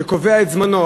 קובע את זמנו,